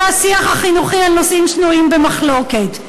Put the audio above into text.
השיח החינוכי בנושאים שנויים במחלוקת,